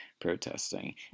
protesting